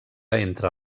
entre